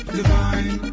divine